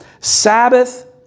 Sabbath